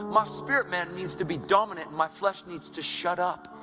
my spirit man needs to be dominant, and my flesh needs to shut up.